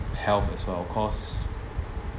health as well of course